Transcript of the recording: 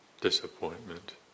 Disappointment